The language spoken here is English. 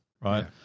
right